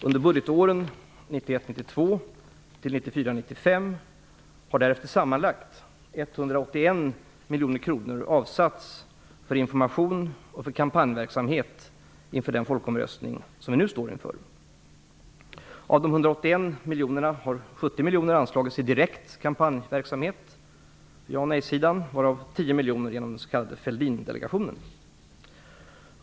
Under budgetåren miljoner kronor avsatts för information och för kampanjverksamhet inför den folkomröstning som vi nu står inför. Av de 181 miljonerna har 70 miljoner anslagits för direkt kampanjverksamhet från jarespektive nej-sidan, varav 10 miljoner genom den s.k. Fälldin-delegationen.